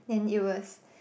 and it was